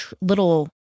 little